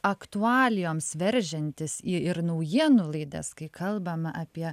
aktualijoms veržiantis į ir naujienų laidas kai kalbam apie